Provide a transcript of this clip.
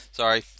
sorry